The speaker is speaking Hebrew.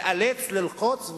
לאלץ,